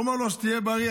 אומר לו האבא: תהיה בריא,